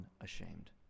unashamed